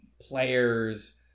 players